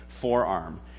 forearm